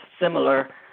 similar